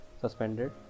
suspended